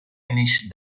finish